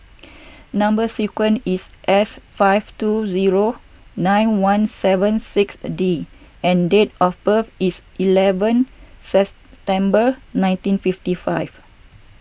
Number Sequence is S five two zero nine one seven six the D and date of birth is eleven September nineteen fifty five